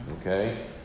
Okay